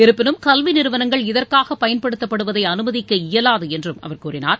இருப்பினும் கல்விநிறுவனங்கள் இதற்காகபயன்படுத்தப்படுவதைஅனுமதிக்க இயலாதுஎன்றும் அவர் கூறினார்